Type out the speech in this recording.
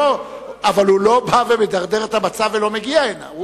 אבל הוא לא בא ומדרדר את המצב ולא מגיע הנה.